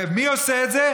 ומי עושה את זה?